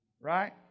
right